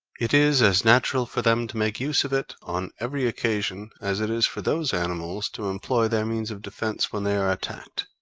it is as natural for them to make use of it on every occasion as it is for those animals to employ their means of defense when they are attacked